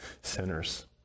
sinners